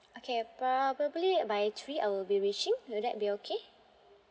okay probably by three I will be reaching will that be okay